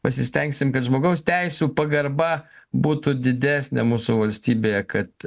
pasistengsim kad žmogaus teisių pagarba būtų didesnė mūsų valstybėje kad